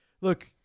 Look